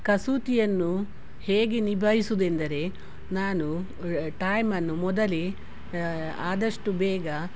ಕಸೂತಿಯನ್ನು ಹೇಗೆ ನಿಭಾಯಿಸುವುದೆಂದರೆ ನಾನು ಟೈಮನ್ನು ಮೊದಲೇ ಆದಷ್ಟು ಬೇಗ